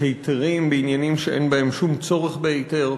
היתרים בעניינים שאין בהם שום צורך בהיתר.